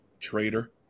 traitor